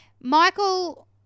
michael